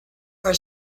are